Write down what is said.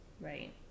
Right